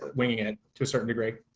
winging it to a certain degree?